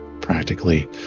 practically